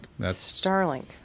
Starlink